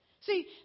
See